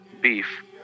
beef